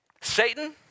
Satan